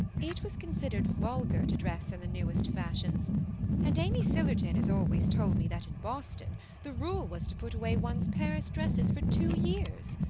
it was considered vulgar to dress in the newest fashions and amy sillerton has always told me that in boston the rule was to put away one's paris dresses for two years.